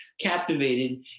captivated